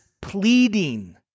pleading